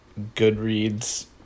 Goodreads